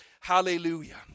Hallelujah